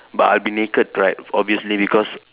but I'll be naked right obviously because